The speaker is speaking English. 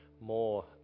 more